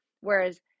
Whereas